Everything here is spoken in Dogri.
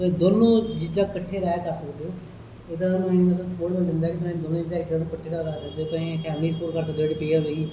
दोनो चीजां किट्ठे रेह् के कर सकदे ओ ओहदा तुसेंगी देऐ चीजां कर सकदे ओ